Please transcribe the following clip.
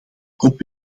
kop